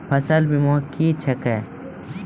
फसल बीमा क्या हैं?